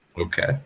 Okay